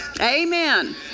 Amen